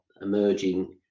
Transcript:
emerging